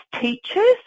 teachers